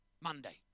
Monday